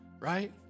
right